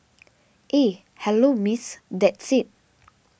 eh hello Miss that's it